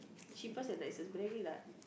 cheapest and nicest briyani lah